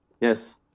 Yes